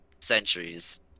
centuries